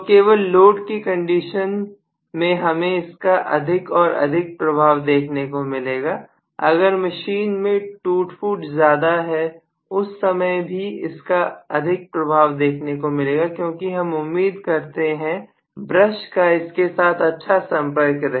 तो केवल लोड की कंडीशन में हमें इसका अधिक और अधिक प्रभाव देखने को मिलेगा अगर मशीन में टूट फूट ज्यादा है उस समय भी इसका अधिक प्रभाव देखने को मिलेगा क्योंकि हम उम्मीद करते हैं कि ब्रश का इसके साथ अच्छा संपर्क रहे